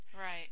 Right